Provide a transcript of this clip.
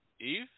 Eve